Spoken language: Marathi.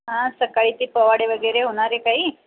हा सकाळी ते पोवाडे वगैरे होणार आहे काही